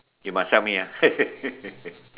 you must help me ah